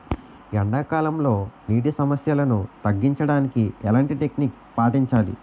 ఎండా కాలంలో, నీటి సమస్యలను తగ్గించడానికి ఎలాంటి టెక్నిక్ పాటించాలి?